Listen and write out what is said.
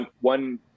one